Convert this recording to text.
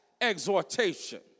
exhortation